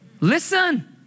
Listen